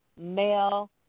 male